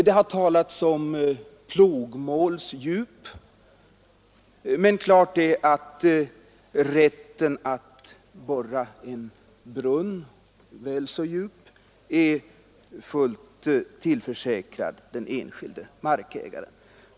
Det har nämnts om plogfårsdjup, men klart är att rätten att borra en brunn, väl så djup, är fullt tillförsäkrad den enskilde markägaren.